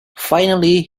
finally